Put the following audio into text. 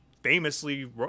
famously